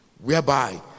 whereby